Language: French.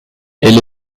elle